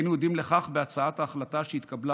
היינו עדים לכך בהצעת ההחלטה שהתקבלה